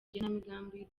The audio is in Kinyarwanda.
igenamigambi